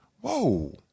whoa